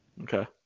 Okay